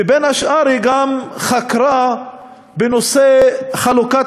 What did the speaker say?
ובין השאר היא גם חקרה את נושא חלוקת